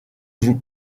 vous